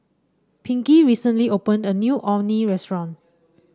Pinkey recently opened a new Orh Nee Restaurant